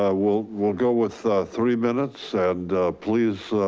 ah we'll we'll go with three minutes and please